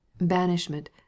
banishment